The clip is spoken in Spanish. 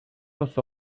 los